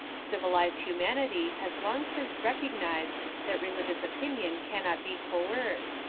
civilised hu manity has long since recognised that religious opinion cannot be coerced,